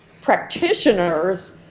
practitioners